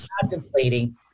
contemplating